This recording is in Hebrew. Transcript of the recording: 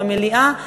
במליאה,